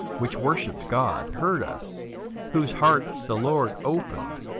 which worshipped god, heard us whose heart the lord opened,